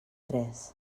tres